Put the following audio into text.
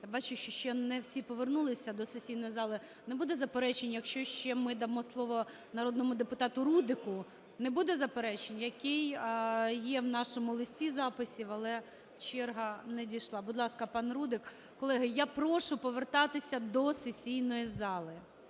Бачу, що ще не всі повернулися до сесійної зали. Не буде заперечень, якщо ще ми дамо слово народному депутату Рудику? Не буде заперечень? Який є у нашому листі записів, але черга не дійшла. Будь ласка, пан Рудик. Колеги, я прошу повертатись до сесійної зали.